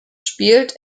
spielt